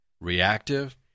reactive